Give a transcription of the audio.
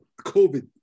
COVID